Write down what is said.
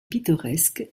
pittoresque